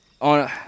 on